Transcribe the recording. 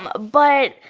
um ah but,